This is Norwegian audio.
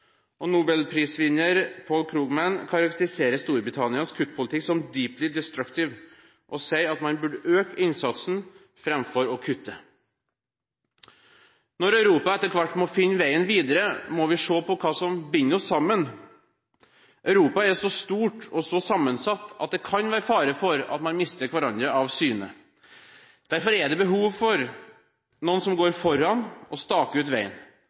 Og nobelprisvinner Paul Krugman karakteriserer Storbritannias kuttpolitikk som «deeply destructive», og han sier at man bør øke innsatsen framfor å kutte. Når Europa etter hvert må finne veien videre, må vi se på hva som binder oss sammen. Europa er så stort og sammensatt at det kan være fare for at man mister hverandre av syne. Derfor er det behov for noen som går foran og staker ut veien.